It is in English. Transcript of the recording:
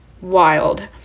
wild